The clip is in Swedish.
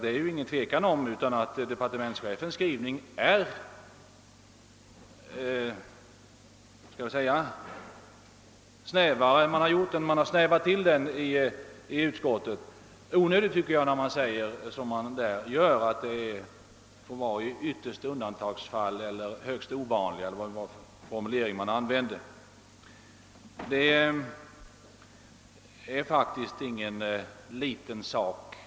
Det är inget tvivel om att utskottets skrivning har gjorts onödigt snäv, när utskottet skrivit att längre tidsöverdrag bör bli mycket ovanliga. Detta är faktiskt ingen liten sak.